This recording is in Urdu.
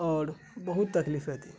اور بہت تکلیفیں دی